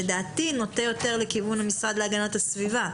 לדעתי נוטה יותר לכיוון המשרד להגנת הסביבה.